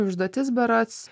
užduotis berods